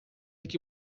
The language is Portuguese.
que